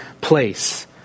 place